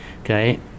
Okay